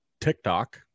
TikTok